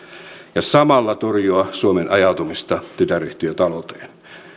ja samalla torjua suomen ajautumista tytäryhtiötaloudeksi